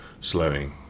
slowing